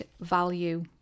value